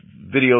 video